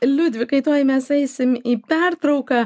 liudvikai tuoj mes eisim į pertrauką